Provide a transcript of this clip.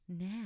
Now